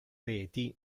reti